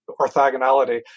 orthogonality